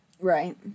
Right